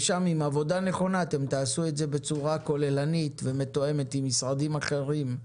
ושם עם עבודה נכונה תעשו את זה בצורה כוללנית ומתואמת עם משרדים אחרים,